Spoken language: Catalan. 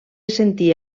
sentir